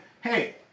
Hey